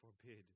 forbid